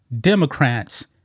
Democrats